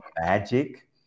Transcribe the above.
magic